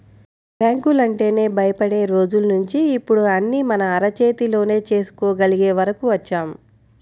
బ్యాంకులంటేనే భయపడే రోజుల్నించి ఇప్పుడు అన్నీ మన అరచేతిలోనే చేసుకోగలిగే వరకు వచ్చాం